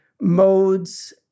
modes